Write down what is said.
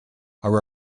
are